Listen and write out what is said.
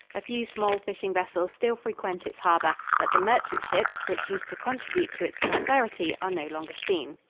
a few small fishing vessels still frequent its harbor, but the merchant ships, which used to contribute to its prosperity, are no longer seen.